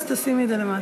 אז תשימי את זה למטה.